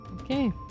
Okay